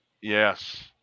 Yes